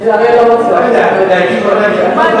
מגיע לכם.